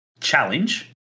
challenge